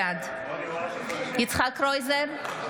בעד יצחק קרויזר,